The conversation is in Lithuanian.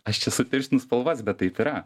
aš čia sutirštinu spalvas bet taip yra